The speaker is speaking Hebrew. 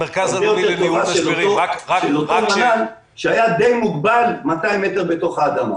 הרבה יותר טובה של אותו מל"ל שהיה די מוגבל 200 מטר בתוך האדמה.